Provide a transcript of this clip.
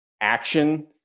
action